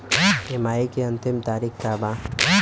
EMI के अंतिम तारीख का बा?